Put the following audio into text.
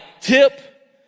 tip